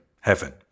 heaven